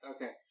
Okay